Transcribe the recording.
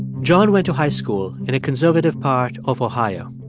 john went to high school in a conservative part of ohio.